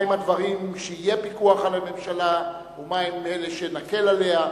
מהם הדברים שיהיה פיקוח על הממשלה ומהם אלה שנקל עליה.